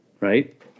right